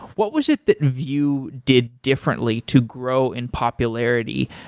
what was it that vue did differently to grow in popularity,